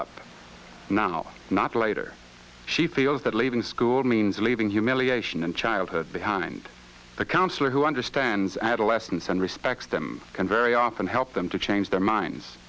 up now not later she feels that leaving school means leaving humiliation and childhood behind a counsellor who understands adolescence and respects them can very often help them to change their minds